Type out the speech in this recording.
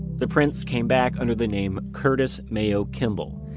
the prints came back under the name curtis mayo kimball.